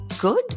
good